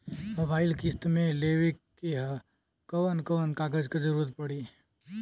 Mobile किस्त मे लेवे के ह कवन कवन कागज क जरुरत पड़ी?